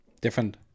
different